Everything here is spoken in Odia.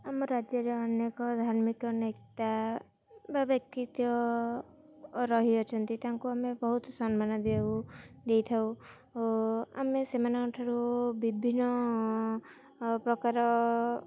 ଆମ ରାଜ୍ୟରେ ଅନେକ ଧାର୍ମିକ ନେତା ବା ବ୍ୟକ୍ତିତ୍ୱ ରହିଅଛନ୍ତି ତାଙ୍କୁ ଆମେ ବହୁତ ସମ୍ମାନ ଦେଉ ଦେଇଥାଉ ଓ ଆମେ ସେମାନଙ୍କଠାରୁ ବିଭିନ୍ନପ୍ରକାର